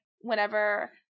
whenever